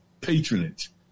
patronage